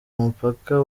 umupaka